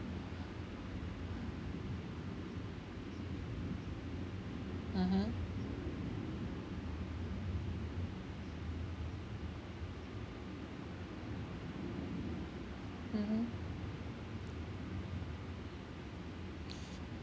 mmhmm mmhmm